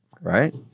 right